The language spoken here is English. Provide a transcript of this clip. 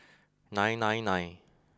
nine nine nine